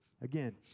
Again